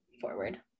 forward